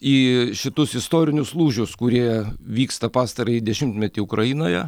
į šitus istorinius lūžius kurie vyksta pastarąjį dešimtmetį ukrainoje